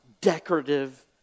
decorative